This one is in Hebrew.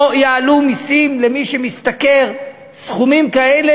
לא יעלו מסים למי שמשתכר סכומים כאלה,